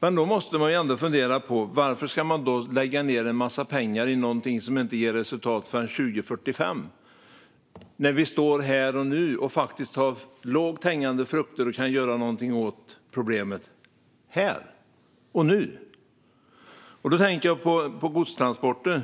Men då måste man fundera över varför man ska lägga ned en mängd pengar i något som inte ger resultat förrän 2045, när vi står här med lågt hängande frukter och kan göra något åt problemet här och nu. Jag tänker på godstransporter.